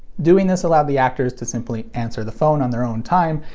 doing this allowed the actors to simply answer the phone on their own time,